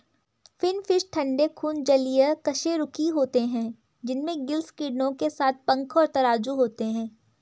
finfish ठंडे खून जलीय कशेरुकी होते हैं जिनमें गिल्स किरणों के साथ पंख और तराजू होते हैं